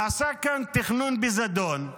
נעשה כאן תכנון בזדון: